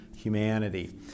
humanity